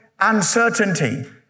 uncertainty